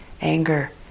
anger